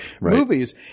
movies